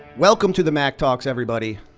welcome to the mack talks, everybody.